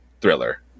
thriller